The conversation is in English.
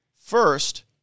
first